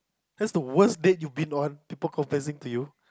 that's the worst date you been on people confessing to you